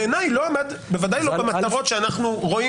בעיני לא עמד בוודאי במטרות שאנחנו רואים